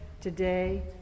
today